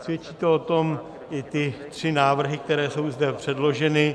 Svědčí o tom i ty tři návrhy, které jsou zde předloženy.